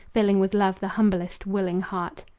filling with love the humblest willing heart.